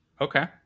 Okay